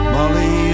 Molly